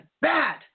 bad